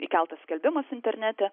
įkeltas skelbimas internete